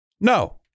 No